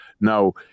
Now